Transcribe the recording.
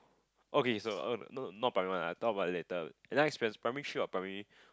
okay so oh no not primary one uh talk about enough experience primary three or primary